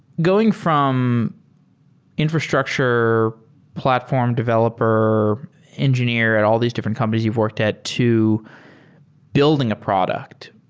going from infrastructure platform developer engineer at all these different companies you've worked at to building a product,